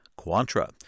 Quantra